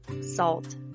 salt